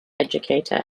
educator